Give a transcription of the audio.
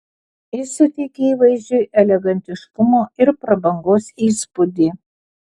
jis suteikia įvaizdžiui elegantiškumo ir prabangos įspūdį